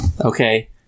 Okay